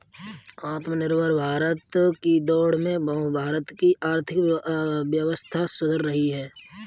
आत्मनिर्भर भारत की दौड़ में भारत की आर्थिक व्यवस्था सुधर रही है